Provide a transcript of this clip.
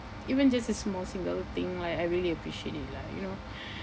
even just a small single thing like I really appreciate it lah you know